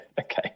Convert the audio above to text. Okay